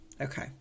Okay